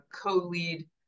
co-lead